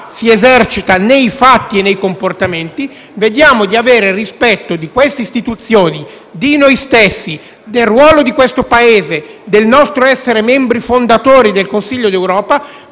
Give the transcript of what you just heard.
si esercita nei fatti e nei comportamenti. Vediamo di avere rispetto di queste istituzioni, di noi stessi, del ruolo di questo Paese e del nostro essere membri fondatori del Consiglio d'Europa.